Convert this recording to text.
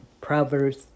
Proverbs